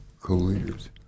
co-leaders